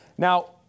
Now